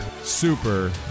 super